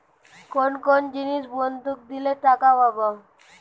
কোন কোন জিনিস বন্ধক দিলে টাকা পাব?